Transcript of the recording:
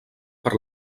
per